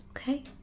Okay